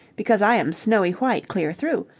because i am snowy white clear through,